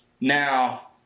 now